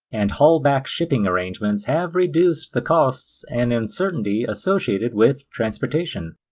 and haul-back shipping arrangements have reduced the costs and uncertainty associated with transportation.